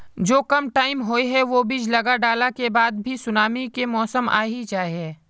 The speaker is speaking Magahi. जो कम टाइम होये है वो बीज लगा डाला के बाद भी सुनामी के मौसम आ ही जाय है?